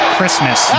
christmas